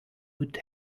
would